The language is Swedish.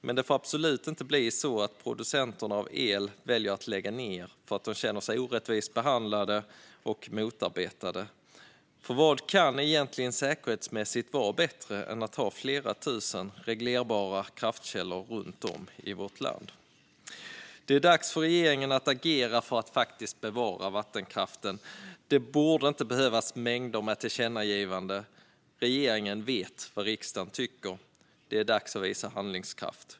Men det får absolut inte bli så att producenterna av el väljer att lägga ned för att de känner sig orättvist behandlade och motarbetade, för vad kan egentligen vara bättre säkerhetsmässigt sett än att ha flera tusen reglerbara kraftkällor runt om i vårt land? Det är dags för regeringen att agera för att bevara vattenkraften. Det borde inte behövas mängder med tillkännagivanden. Regeringen vet vad riksdagen tycker. Det är dags att visa handlingskraft.